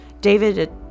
David